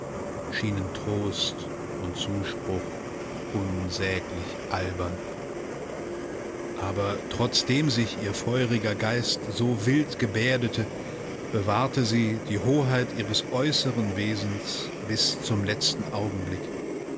schienen trost und zuspruch unsäglich albern aber trotzdem sich ihr feuriger geist so wild gebärdete bewahrte sie die hoheit ihres äußeren wesens bis zum letzten augenblick